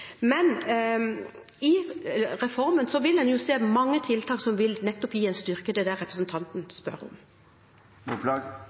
I reformen vil en se mange tiltak som nettopp vil styrke det representanten spør om. Det gleder jo et Arbeiderparti-hjerte at statsråden viser til at det